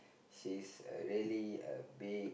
she's really a big